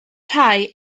rhai